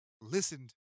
listened